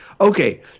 Okay